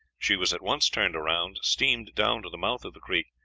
she was at once turned round, steamed down to the mouth of the creek,